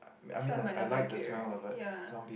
so I might not like it right ya